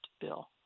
Bill